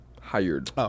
hired